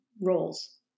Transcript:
roles